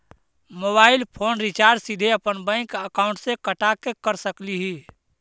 Mobile phone recharge सीधे अपन bank account से कटा के कर सकली ही?